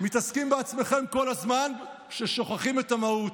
מתעסקים בעצמכם כל הזמן, שוכחים את המהות.